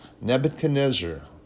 Nebuchadnezzar